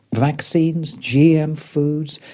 vaccines, gm foods,